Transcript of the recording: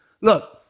Look